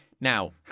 Now